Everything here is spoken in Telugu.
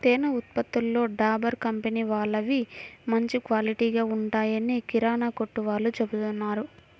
తేనె ఉత్పత్తులలో డాబర్ కంపెనీ వాళ్ళవి మంచి క్వాలిటీగా ఉంటాయని కిరానా కొట్టు వాళ్ళు చెబుతున్నారు